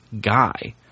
guy